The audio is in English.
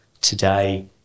today